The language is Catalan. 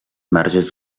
marges